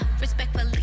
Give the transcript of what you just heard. respectfully